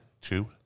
two